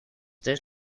tres